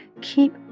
Keep